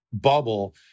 bubble